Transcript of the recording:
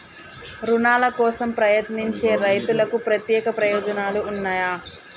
రుణాల కోసం ప్రయత్నించే రైతులకు ప్రత్యేక ప్రయోజనాలు ఉన్నయా?